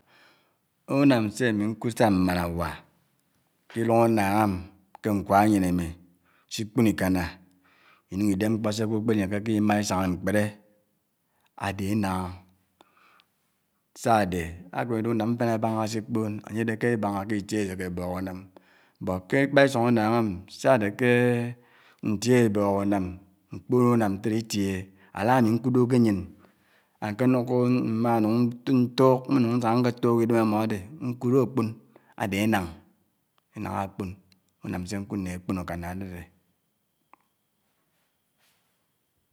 Unám sè ámi nkud sá mmáná áná kè uòng ánnáng mkè nkw'áyèn ámi sè ukpòn ikánná inuk diàn mkpò sè ágwò ákpènèkèkè imà isángá mkpèrè ádè énáng. Sá ádè ákèmi dè unám mfin ábángá sè ikpòn ányè dè kè ébàngà kè itiè èsèkè bòk unàm but kè ikpà isòng ánnáng m sà ádè kè ntiè èbòkò énáng mkoòn unám ntèdè itièhè álá mi nkutò kè áyén ánkè nuku má nuk ntuk mè nuk nsàngà nkè tuk idèm ámò ádè nkurò ákpòn ádè énáng énáng ákpòn unàm sè nkud nè ákpòn ákánná ádèdè